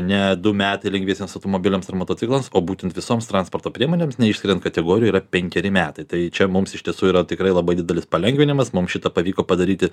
ne du metai lengviesiems automobiliams ir motociklams o būtent visoms transporto priemonėms neišskiriant kategorijų yra penkeri metai tai čia mums iš tiesų yra tikrai labai didelis palengvinimas mums šitą pavyko padaryti